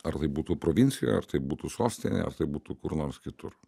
ar tai būtų provincijoj ar tai būtų sostinėje ar tai būtų kur nors kitur